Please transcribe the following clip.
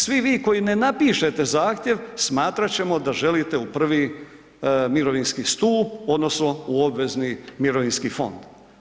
Svi vi koji ne napišete zahtjev, smatrat ćemo da želite u I. mirovinski stup odnosno u obvezni mirovinski fond.